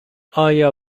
آیا